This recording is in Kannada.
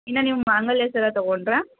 ಇನ್ನು ನೀವು ಮಾಂಗಲ್ಯ ಸರ ತಗೊಂಡರೆ